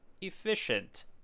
efficient